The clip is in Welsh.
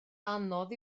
anodd